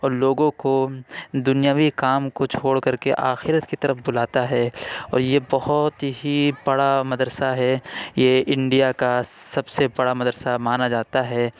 اور لوگوں کو دنیوی کام کو چھوڑ کر کے آخرت کی طرف بلاتا ہے اور یہ بہت ہی بڑا مدرسہ ہے یہ انڈیا کا سب سے بڑا مدرسہ مانا جاتا ہے